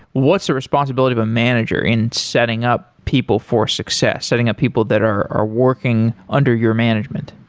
what is the responsibility of a manager in setting up people for success, setting up people that are working under your management?